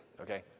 Okay